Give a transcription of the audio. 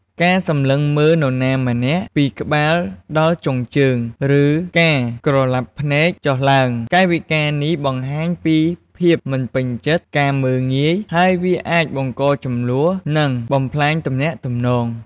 ការសម្លឹងមើលនរណាម្នាក់ពីក្បាលដល់ចុងជើង ឬការក្រឡាប់ភ្នែកចុះឡើង កាយវិការនេះបង្ហាញពីភាពមិនពេញចិត្ត ការមើលងាយ ហើយវាអាចបង្ករជម្លោះ និងបំផ្លាញទំនាក់ទំនង។